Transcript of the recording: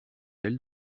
elle